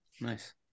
nice